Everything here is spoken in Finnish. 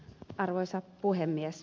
arvoisa puhemies